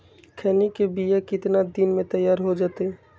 खैनी के बिया कितना दिन मे तैयार हो जताइए?